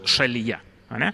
šalyje a ne